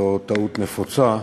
זו טעות נפוצה,